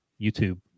YouTube